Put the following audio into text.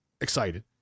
excited